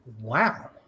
Wow